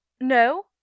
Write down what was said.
no